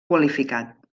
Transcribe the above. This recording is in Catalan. qualificat